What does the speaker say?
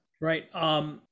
Right